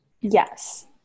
Yes